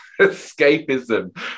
escapism